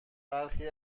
برخی